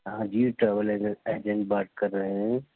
ہاں جی travel agent بات کر رہے ہیں